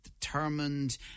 determined